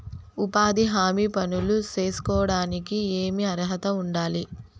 ఉపాధి హామీ పనులు సేసుకోవడానికి ఏమి అర్హత ఉండాలి?